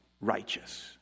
righteous